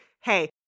hey